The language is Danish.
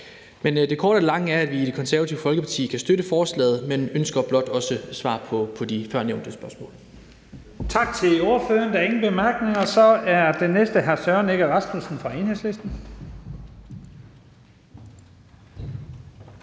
år. Det korte af det lange er, at vi i Det Konservative Folkeparti kan støtte forslaget, men blot også ønsker svar på de førnævnte spørgsmål.